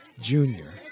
Junior